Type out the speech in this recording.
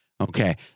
Okay